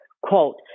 quote